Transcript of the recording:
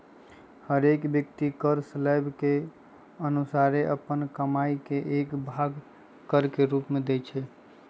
हरेक व्यक्ति कर स्लैब के अनुसारे अप्पन कमाइ के एक भाग कर के रूप में देँइ छै